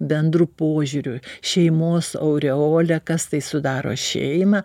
bendru požiūriu šeimos aureolę kas tai sudaro šeimą